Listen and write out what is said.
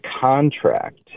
contract